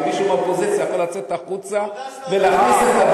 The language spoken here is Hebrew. ומישהו מהאופוזיציה יכול לצאת החוצה ולהכניס את,